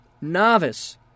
novice